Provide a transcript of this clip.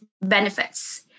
benefits